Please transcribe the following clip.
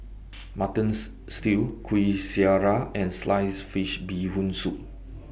Mutton Stew Kuih Syara and Sliced Fish Bee Hoon Soup